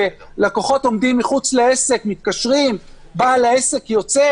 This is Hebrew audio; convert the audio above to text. כמו לקוחות שעומדים מחוץ לעסק במרחק של שבעה מטרים ובעל העסק יוצא